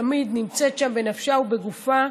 היא תמיד נמצאת שם בנפשה ובגופה.